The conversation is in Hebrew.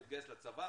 התגייס לצבא,